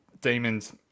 Demons